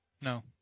No